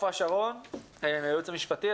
עופרה שרון מהייעוץ המשפטי,